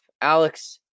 Alex